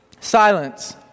Silence